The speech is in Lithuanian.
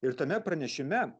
ir tame pranešime